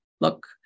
look